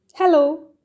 Hello